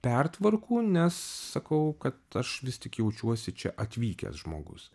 pertvarkų nes sakau kad aš vis tik jaučiuosi čia atvykęs žmogus